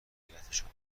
واقعیتشان